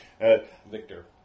Victor